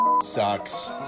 sucks